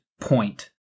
point